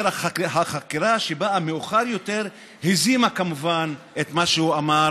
והחקירה שבאה מאוחר יותר הזימה כמובן את מה שהוא אמר,